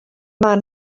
man